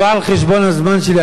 לא על חשבון הזמן שלי,